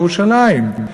ירושלים.